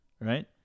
right